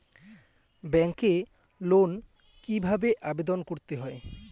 ব্যাংকে লোন কিভাবে আবেদন করতে হয়?